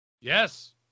Yes